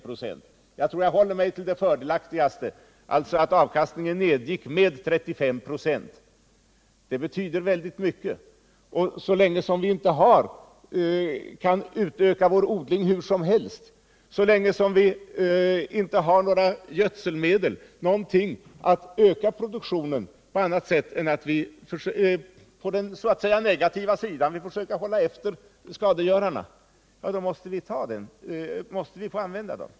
Jag tror att jag håller mig till det fördelaktigaste, alltså att avkastningen nedgick med 35 ?6. Det betyder väldigt mycket. Så länge vi inte kan utöka vår odlade areal hur mycket som helst och så länge vi inte har några gödselmedel att öka produktionen än mera än vad nu är fallet, utan får verka på den så att säga negativa sidan genom att hålla efter skadegörarna, måste vi få använda dessa bekämpningsmedel.